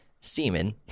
semen